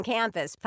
Campus